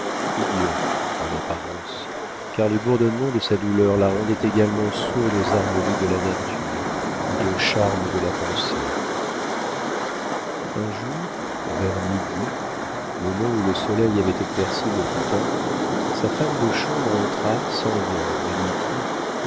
idiote en apparence car les bourdonnements de sa douleur la rendaient également sourde aux harmonies de la nature et aux charmes de la pensée un jour vers midi moment où le soleil avait éclairci le temps sa femme de chambre entra sans ordre et lui dit